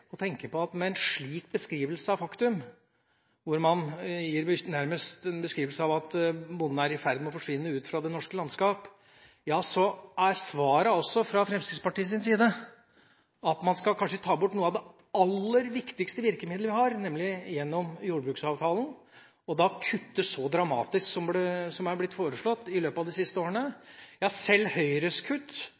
på at med en slik beskrivelse av faktum – hvor man nærmest gir en beskrivelse av at bonden er i ferd med å forsvinne ut av det norske landskap – så er svaret fra Fremskrittspartiet at man kanskje skal ta bort et av de aller viktigste virkemidlene vi har, nemlig jordbruksavtalen, og kutte så dramatisk som det er blitt foreslått de siste årene. Ja, selv Høyres kutt